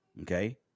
okay